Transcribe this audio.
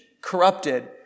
corrupted